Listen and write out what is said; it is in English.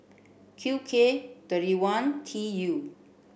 Q K thirty one T U